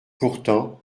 pourtant